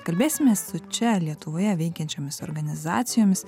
kalbėsime su čia lietuvoje veikiančiomis organizacijomis